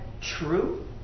true